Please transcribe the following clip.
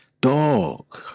Dog